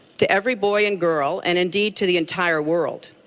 to every boy and girl and indeed, to the entire world.